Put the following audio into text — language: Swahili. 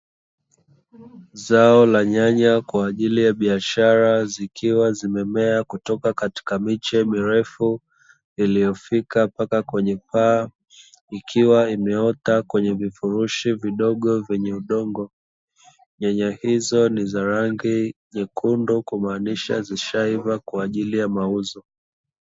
Zao la nyanya kwa ajili ya biashara, zikiwa zimemea kutoka katika miche mirefu iliyofika mpaka kwenye paa, ikiwa imeota kwenye vifurushi vidogo vyenye udongo. Nyanya hizo ni za rangi nyekundu kumaanisha zishaiva kwa ajili ya mauzo.